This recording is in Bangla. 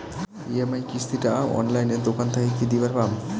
ই.এম.আই কিস্তি টা অনলাইনে দোকান থাকি কি দিবার পাম?